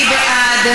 מי בעד?